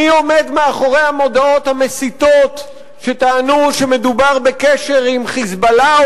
מי עומד מאחורי המודעות המסיתות שטענו שמדובר בקשר עם "חיזבאללה",